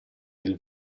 del